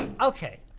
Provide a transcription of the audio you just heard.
okay